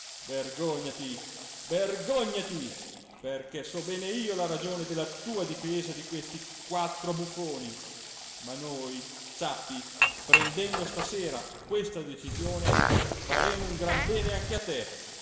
vergògnati vergògnati perché so bene io la ragione della tua difesa di questi quattro buffoni ma noi sappi prendendo stasera questa decisione faremo un gran bene anche a te